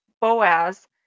Boaz